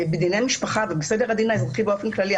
בדיני משפחה ובסדר הדין האזרחי באופן כללי,